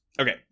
Okay